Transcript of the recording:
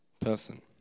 person